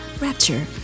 Rapture